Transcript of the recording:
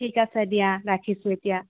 ঠিক আছে দিয়া ৰাখিছো এতিয়া